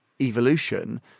evolution